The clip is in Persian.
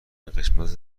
قسمت